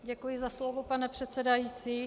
Děkuji za slovo, pane předsedající.